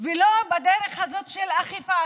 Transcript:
ולא בדרך של אכיפה.